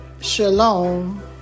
Shalom